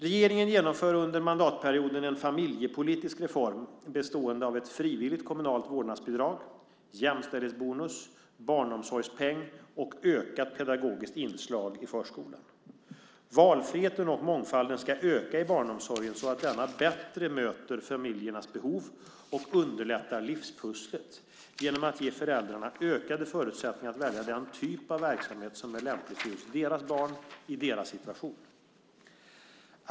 Regeringen genomför under mandatperioden en familjepolitisk reform bestående av ett frivilligt kommunalt vårdnadsbidrag, jämställdhetsbonus, barnomsorgspeng och ökat pedagogiskt inslag i förskolan. Valfriheten och mångfalden ska öka i barnomsorgen så att denna bättre möter familjernas behov och underlättar livspusslet genom att ge föräldrarna ökade förutsättningar att välja den typ av verksamhet som är lämplig för just deras barn, i deras situation.